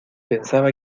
pensaba